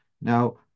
Now